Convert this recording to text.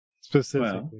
Specifically